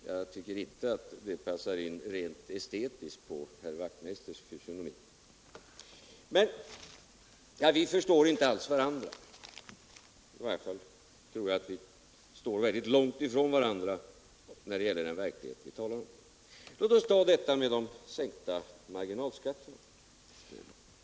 Jag tycker inte det uttrycket passar in rent estetiskt på herr Wachtmeisters fysionomi. Men herr Wachtmeister och jag förstår inte alls varandra, i varje fall tror jag att vi står mycket långt ifrån varandra när det gäller den verklighet vi talar om. Låt oss ta detta med de sänkta marginalskatterna.